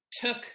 took